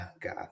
God